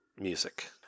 music